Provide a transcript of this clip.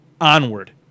Onward